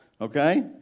Okay